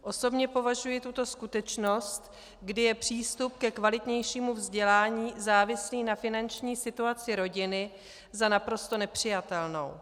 Osobně považuji tuto skutečnost, kdy je přístup ke kvalitnějšímu vzdělání závislý na finanční situaci rodiny, za naprosto nepřijatelnou.